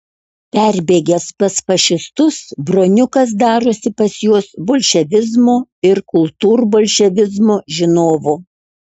perbėgęs pas fašistus broniukas darosi pas juos bolševizmo ir kultūrbolševizmo žinovu